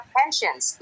pensions